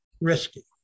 risky